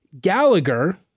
Gallagher